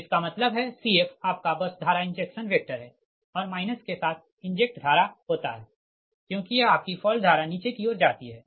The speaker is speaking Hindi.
तो इसका मतलब है Cf आपका बस धारा इंजेक्शन वेक्टर है और माइनस के साथ इंजेक्ट धारा होता है क्योंकि यह आपकी फॉल्ट धारा नीचे की ओर जाती है